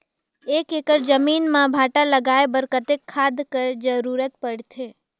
एक एकड़ जमीन म भांटा लगाय बर कतेक खाद कर जरूरत पड़थे?